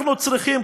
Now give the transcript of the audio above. אנחנו צריכים,